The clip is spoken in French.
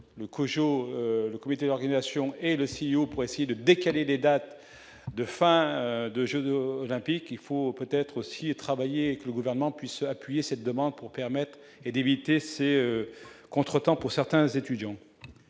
le comité d'organisation et le si haut pour essayer de décaler les dates de fin de jeu de olympique, il faut peut-être aussi et travailler, que le gouvernement puisse appuyer cette demande pour permettre et d'éviter ces contretemps pour certains étudiants.